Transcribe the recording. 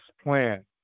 plan